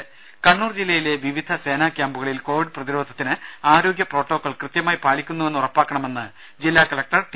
രുര കണ്ണൂർ ജില്ലയിലെ വിവിധ സേനാ ക്യാമ്പുകളിൽ കൊവിഡ് പ്രതിരോധത്തിന് ആരോഗ്യ പ്രോട്ടോകോൾ കൃത്യമായി പാലിക്കുന്നുവെന്ന് ഉറപ്പാക്കണമെന്ന് ജില്ലാ കലക്ടർ ടി